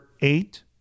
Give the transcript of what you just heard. eight